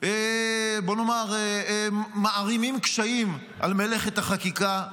בואו נאמר, מערימים קשיים על מלאכת החקיקה.